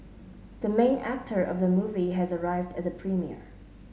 the main actor of the movie has arrived at the premiere